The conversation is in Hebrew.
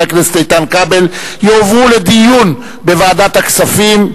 הכנסת איתן כבל יועברו לדיון בוועדת הכספים,